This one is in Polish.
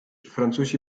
francuzi